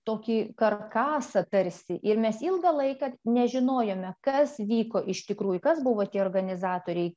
tokį karkasą tarsi ir mes ilgą laiką nežinojome kas vyko iš tikrųjų kas buvo tie organizatoriai